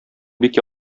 бик